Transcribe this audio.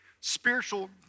spiritual